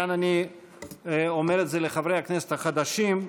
כאן אני אומר את זה לחברי הכנסת החדשים,